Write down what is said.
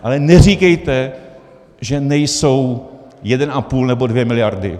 Ale neříkejte, že nejsou 1,5 nebo 2 miliardy.